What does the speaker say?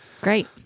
Great